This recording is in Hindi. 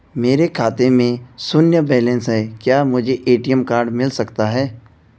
मेरे खाते में शून्य बैलेंस है क्या मुझे ए.टी.एम कार्ड मिल सकता है?